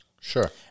Sure